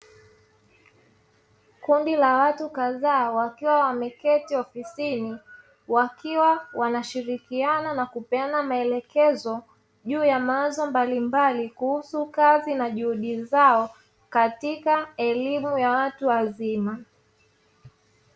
Kundi la watu kadhaa wakiwa wameketi ofisini, wakiwa wanashirikiana na kupeana maelekezo juu ya mawazo mbalimbali, kuhusu kazi na juhudi zao katika elimu ya watu wazima.